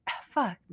fuck